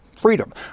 freedom